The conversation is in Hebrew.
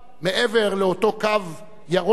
מעבר לאותו "קו ירוק",